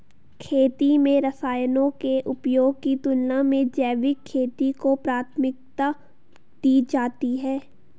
खेती में रसायनों के उपयोग की तुलना में जैविक खेती को प्राथमिकता दी जाती है